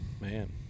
Man